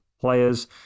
players